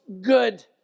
good